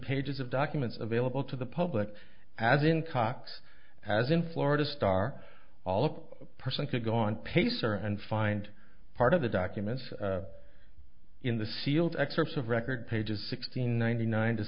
pages of documents available to the public as in cox as in florida starr all of person could go on pacer and find part of the documents in the sealed excerpts of record pages sixteen ninety nine to